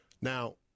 Now